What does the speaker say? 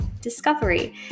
discovery